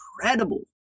incredible